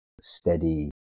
steady